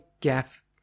Gaff